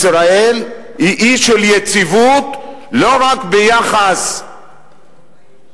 ישראל היא אי של יציבות לא רק ביחס לעצמה,